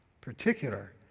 particular